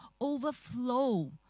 overflow